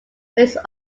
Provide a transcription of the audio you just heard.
based